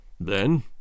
Then